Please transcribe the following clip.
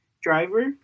driver